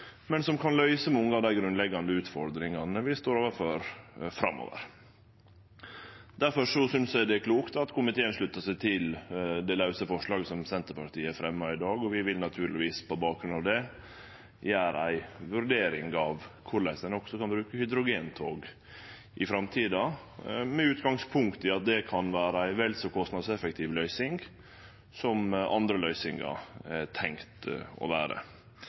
men som kan løyse mange av dei grunnleggjande utfordringane vi står overfor framover. Difor synest eg det er klokt at komiteen sluttar seg til det lause forslaget som Senterpartiet har fremja i dag, og vi vil naturlegvis på bakgrunn av det gjere ei vurdering av korleis ein også kan bruke hydrogentog i framtida, med utgangspunkt i at det kan vere ei vel så kostnadseffektiv løysing som andre løysingar. Vi er